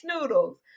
noodles